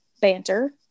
banter